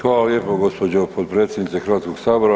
Hvala lijepo gospođo potpredsjednice Hrvatskog sabora.